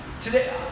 Today